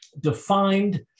defined